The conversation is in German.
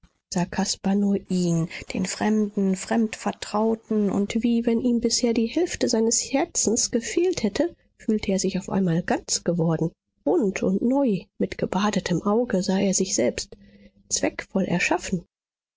sah caspar nur ihn den fremden fremdvertrauten und wie wenn ihm bisher die hälfte seines herzens gefehlt hätte fühlte er sich auf einmal ganz geworden rund und neu mit gebadetem auge sah er sich selbst zweckvoll erschaffen